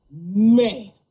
man